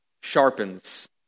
sharpens